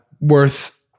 worth